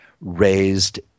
raised